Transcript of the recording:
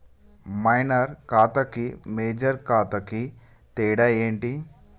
Minor ఖాతా కి major ఖాతా కి తేడా ఏంటి?